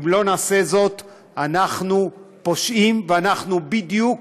אם לא נעשה זאת אנחנו פושעים ואנחנו בדיוק